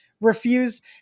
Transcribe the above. refused